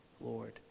Lord